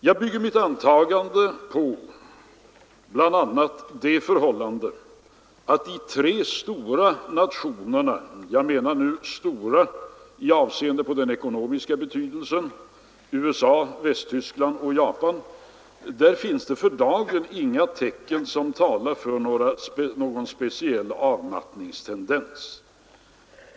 Jag bygger mitt antagande på bl.a. det förhållandet att det i de tre stora nationerna — jag menar nu stora i avseende på den ekonomiska betydelsen — USA, Västtyskland och Japan för dagen inte finns några tecken som talar för någon speciell avmattningstendens.